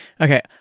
Okay